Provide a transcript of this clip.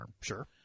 Sure